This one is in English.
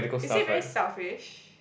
is he very selfish